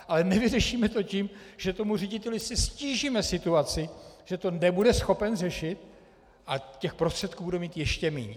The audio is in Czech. Ale nevyřešíme to tím, že tomu řediteli ztížíme situaci, že to nebude schopen řešit a těch prostředků bude mít ještě míň.